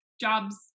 jobs